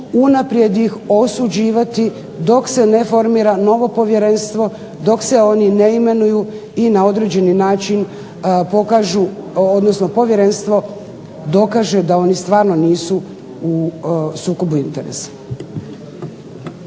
unaprijed ih osuđivati dok se ne formira novo povjerenstvo, dok se oni ne imenuju i na određeni način pokažu odnosno povjerenstvo dokaže da oni stvarno nisu u sukobu interesa.